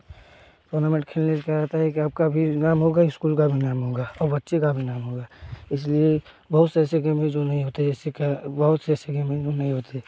tournament खेलने से क्या होता है कि आपका भी नाम होगा स्कूल का भी नाम होगा और बच्चे का भी नाम होगा इसलिए बहुत से ऐसे गेम हैं जो नहीं होते जैसे कि बहुत से ऐसे गेम हैं जो नहीं होते